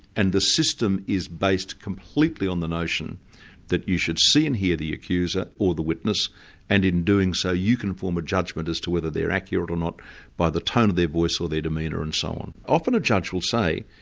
and the system is based completely on the notion that you should see and hear the accuser or the witness and in doing so, you can form a judgment as to whether they're accurate or not by the tone of their voice or their demeanour and so on. often a judge will say,